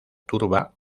turba